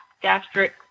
gastric